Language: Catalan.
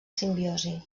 simbiosi